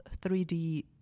3D